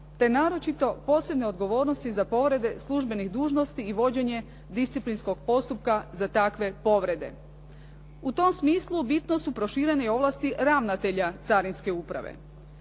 te naročito posebne odgovornosti za povrede službenih dužnosti i vođenje disciplinskog postupka za takve povrede. U tom smislu bitno su proširene i ovlasti ravnatelja Carinske uprave.